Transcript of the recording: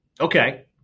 Okay